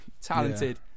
talented